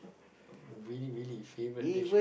really really favorite dish